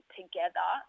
together